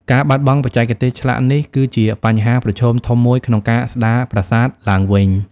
ការបាត់បង់បច្ចេកទេសឆ្លាក់នេះ គឺជាបញ្ហាប្រឈមធំមួយក្នុងការស្ដារប្រាសាទឡើងវិញ។